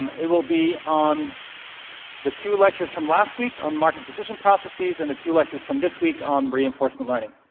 um it will be on the two lectures from last week, on markov decision processes and the two lectures from this week on reinforcement learning.